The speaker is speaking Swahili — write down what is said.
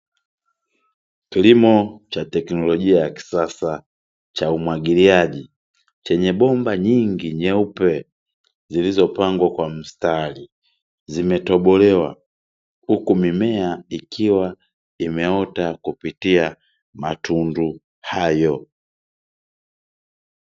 Kilimo cha teknolojia ya kisasa cha umwagiliaji, chenye bomba nyingi nyeupe zilizopangwa kwa mstari. Zimetobolewa huku mimea ikiwa imeota kupitia matundu hayo.